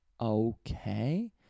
Okay